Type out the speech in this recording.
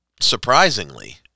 Surprisingly